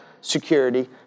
security